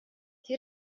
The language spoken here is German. die